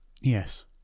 Yes